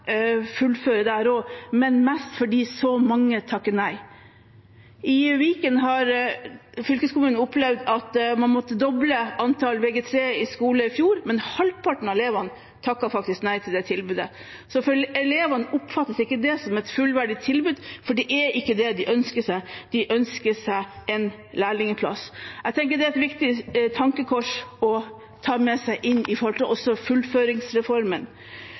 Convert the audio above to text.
men mest fordi så mange takker nei. I Viken har fylkeskommunen opplevd at man måtte doble antall plasser i Vg3 i skole i fjor, men halvparten av elevene takket faktisk nei til det tilbudet. Så for elevene oppfattes ikke det som et fullverdig tilbud, for det er ikke det de ønsker seg, de ønsker seg en lærlingplass. Jeg tenker det er et viktig tankekors å ta med seg, også inn i arbeidet med fullføringsreformen.